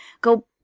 go